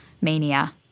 mania